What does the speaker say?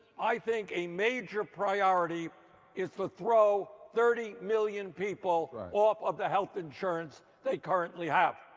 i think a major priority is the throw thirty million people off of the health insurance they currently have.